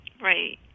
Right